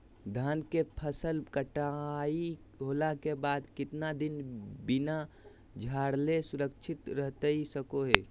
धान के फसल कटाई होला के बाद कितना दिन बिना झाड़ले सुरक्षित रहतई सको हय?